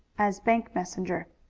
as bank messenger.